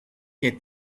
que